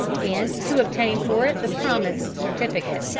and to obtain for it the promised certificate.